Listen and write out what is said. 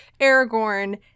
Aragorn